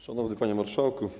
Szanowny Panie Marszałku!